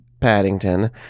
Paddington